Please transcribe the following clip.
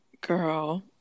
girl